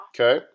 Okay